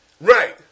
Right